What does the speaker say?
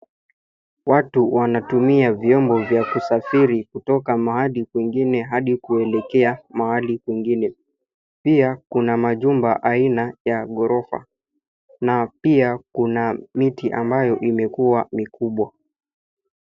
Watu wanatumia vyombo vya kusafiri kutoka mahali kwingine hadi kuelekea mahali kwingine. Pia kuna majumba aina ya ghorofa na pia kuna miti ambayo imekuwa mikubwa.